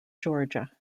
georgia